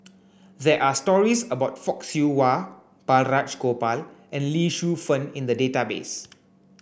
there are stories about Fock Siew Wah Balraj Gopal and Lee Shu Fen in the database